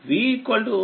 V33